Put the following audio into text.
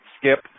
skip